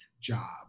job